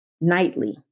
nightly